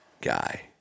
guy